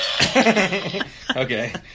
okay